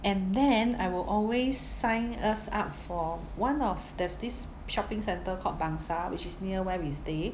and then I will always sign us up for one of there's this shopping centre called bangsar which is near where we stay